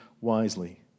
wisely